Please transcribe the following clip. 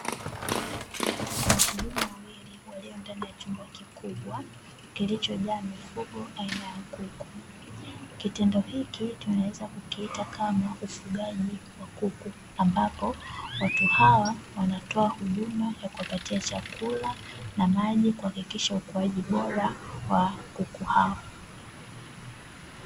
Wahudumu wawili walio ndani ya chumba kikubwa kilichojaa mifugo aina ya kuku. Kitendo hiki tunaweza kukiita kama ufugaji wa kuku ambapo watu hawa wanatoa huduma ya kuwapatia chakula na maji, kuhakikisha ukuaji bora wa kuku hawa.